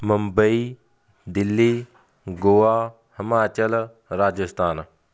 Mumbai Delhi Goa Himachal Rajasthan